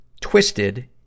twisted